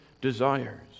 desires